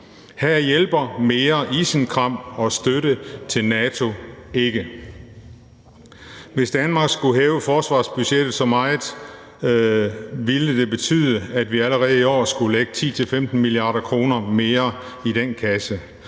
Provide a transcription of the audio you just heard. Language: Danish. Her hjælper mere isenkram og støtte til NATO ikke. Hvis Danmark skulle hæve forsvarsbudgettet så meget, ville det betyde, at vi allerede i år skulle lægge 10-15 mia. kr. mere i den kasse.